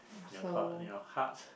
in your court in your heart